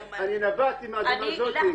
אני באתי מהאדמה הזאת.